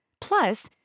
Plus